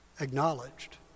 acknowledged